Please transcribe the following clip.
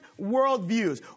worldviews